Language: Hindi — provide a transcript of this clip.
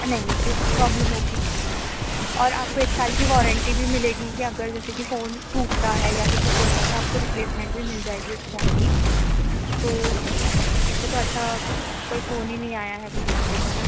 नहीं नहीं क्यों प्रॉब्लेम होगी और आपको एक साल की वॉरान्टी भी मिलेगी कि अगर जैसे कि फ़ोन टूटता है या फिर कुछ होता है तो आपको रिप्लेसमेंट भी मिल जाएगी उस फ़ोन की तो इससे तो अच्छा कोई फ़ोन ही नहीं आया है अभी मार्केट में